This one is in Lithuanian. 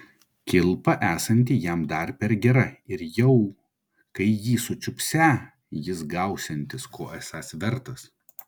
kilpa esanti jam dar per gera ir jau kai jį sučiupsią jis gausiantis ko esąs vertas